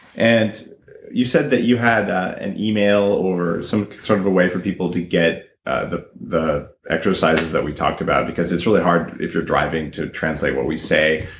and you said that you had an email, or sort of a way for people to get the the exercises that we talked about? because it's really hard, if you're driving, to translate what we say,